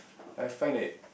I find that